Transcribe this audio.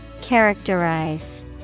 Characterize